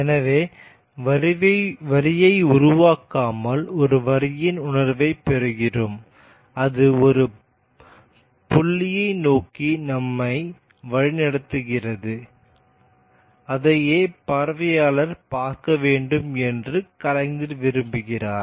எனவே வரியை உருவாக்காமல் ஒரு வரியின் உணர்வைப் பெறுகிறோம் அது ஒரு புள்ளியை நோக்கி நம்மை வழிநடத்துகிறது அதையே பார்வையாளர் பார்க்க வேண்டும் என்று கலைஞர் விரும்புகிறார்